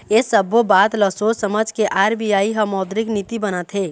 ऐ सब्बो बात ल सोझ समझ के आर.बी.आई ह मौद्रिक नीति बनाथे